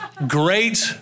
Great